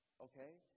okay